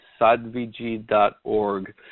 sadvg.org